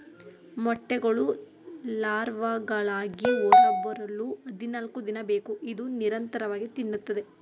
ಮೊಟ್ಟೆಗಳು ಲಾರ್ವಾಗಳಾಗಿ ಹೊರಬರಲು ಹದಿನಾಲ್ಕುದಿನ ಬೇಕು ಇದು ನಿರಂತರವಾಗಿ ತಿನ್ನುತ್ತದೆ